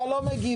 אתה לא מגיב.